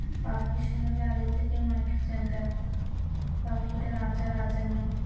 পাখি সম্বন্ধে আগে থেকে আমি অনেক কিছু জানতাম পাখিটার আচার আচরন